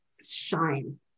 shine